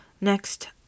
Next